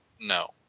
No